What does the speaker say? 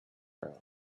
but